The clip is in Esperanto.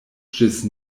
ĝis